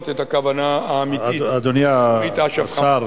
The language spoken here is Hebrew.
את הכוונה האמיתית של ברית אש"ף-"חמאס".